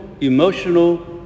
emotional